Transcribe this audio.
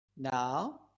Now